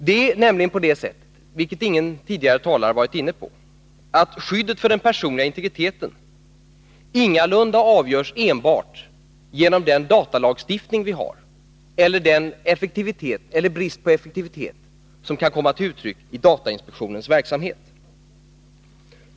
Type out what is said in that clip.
Det är nämligen på det sättet, vilket ingen tidigare talare varit inne på, att skyddet för den personliga integriteten ingalunda avgörs enbart genom den datalagstiftning vi har eller den effektivitet eller brist på effektivitet som kan komma till uttryck i datainspektionens verksamhet.